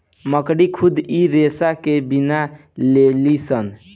मकड़ी खुद इ रेसा के बिन लेलीसन